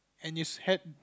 and you had